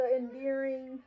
endearing